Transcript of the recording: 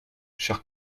cher